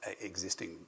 existing